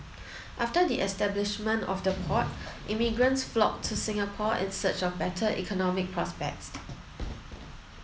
after the establishment of the port immigrants flocked to Singapore in search of better economic prospects